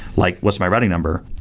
like what's my routing number?